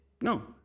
No